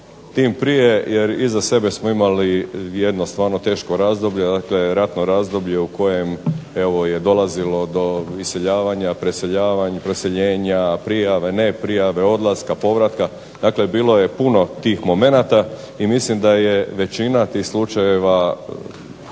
tim prije jer iza sebe smo imali jedno stvarno teško razdoblje, a to je ratno razdoblje u kojem je dolazilo do iseljavanja, preseljenja, prijave, neprijave, odlaska, povratka, dakle bilo je puno tih momenata i mislim da je većina tih slučajeva